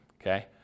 Okay